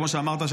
כמו שאמרת,